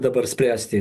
dabar spręsti